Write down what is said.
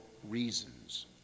reasons